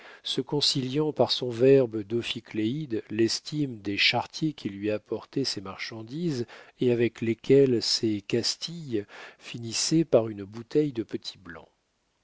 se conciliant par son verbe d'ophicléide l'estime des charretiers qui lui apportaient ses marchandises et avec lesquels ses castilles finissaient par une bouteille de petit blanc